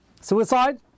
suicide